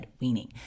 weaning